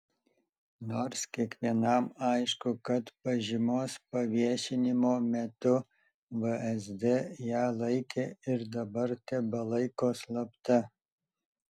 nors kiekvienam aišku kad pažymos paviešinimo metu vsd ją laikė ir dabar tebelaiko slapta